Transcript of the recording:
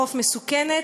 לחוף מסוכנת".